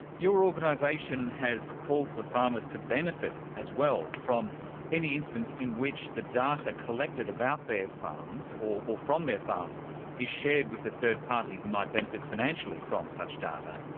your organisation has called for farmers to benefit as well from any instance in which the data collected about their farms or or from their farms is shared with a third party who might benefit financially from such data.